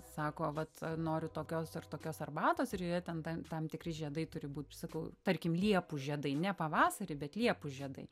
sako vat noriu tokios ar tokios arbatos ir joje ten ten tam tikri žiedai turi būt aš sakau tarkim liepų žiedai ne pavasarį bet liepų žiedai